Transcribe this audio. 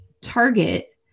target